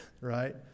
right